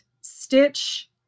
stitch